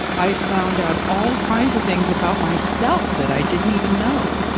i found out all kinds of things about myself that i didn't even know!